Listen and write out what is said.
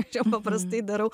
čia paprastai darau